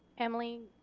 emily